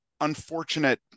unfortunate